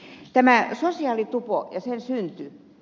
tämä sosiaalitupo ja sen synty